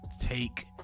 take